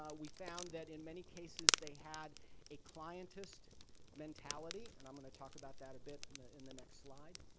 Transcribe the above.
um we found that, in many cases, they had a clientist mentality and i'm going to talk about that a bit in the in the next slide.